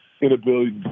inability